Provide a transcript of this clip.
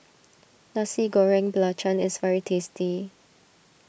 Nasi Goreng Belacan is very tasty